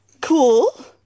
cool